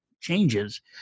changes